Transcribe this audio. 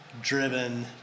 driven